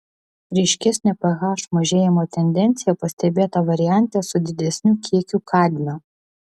ryškesnė ph mažėjimo tendencija pastebėta variante su didesniu kiekiu kadmio